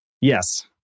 yes